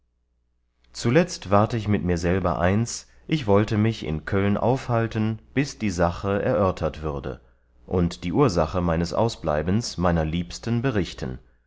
zuletzt ward ich mit mir selber eins ich wollte mich in köln aufhalten bis die sache erörtert würde und die ursache meines ausbleibens meiner liebsten berichten